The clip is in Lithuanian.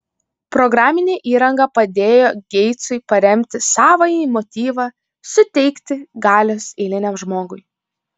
programinė įranga padėjo geitsui paremti savąjį motyvą suteikti galios eiliniam žmogui